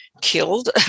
killed